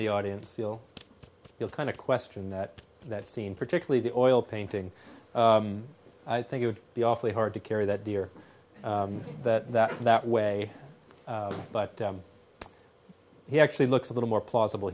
the audience feel kind of question that that scene particularly the oil painting i think would be awfully hard to carry that dear that that that way but he actually looks a little more plausible